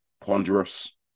ponderous